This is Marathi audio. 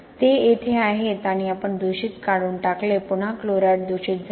ते येथे आहेत आणि आपण दूषित काढून टाकले पुन्हा क्लोराईड दूषित झाले